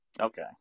Okay